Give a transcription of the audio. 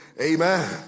amen